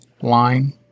Line